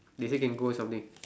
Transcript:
they say can go something